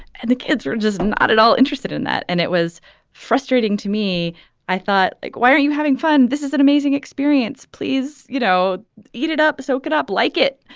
and the kids are just not at all interested in that and it was frustrating to me i thought like why are you having fun. this is an amazing experience. please you know eat it up soak it up like it.